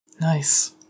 Nice